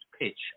pitch